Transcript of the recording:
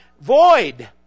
void